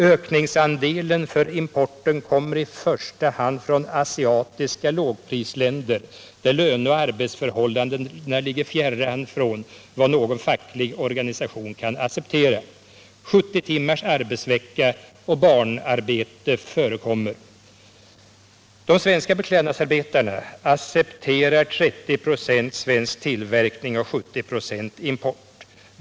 Ökningsandelen av importen kommer i första hand från asiatiska lågprisländer, där löneoch arbetsförhållandena ligger fjärran från vad någon facklig organisation kan acceptera: 70 timmars arbetsvecka och barnarbete förekommer. De svenska beklädnadsarbetarna accepterar 30 96 i svensk tillverkning och 70 26 i import.